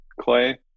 clay